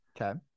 Okay